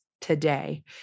today